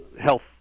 Health